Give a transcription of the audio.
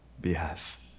behalf